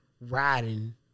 riding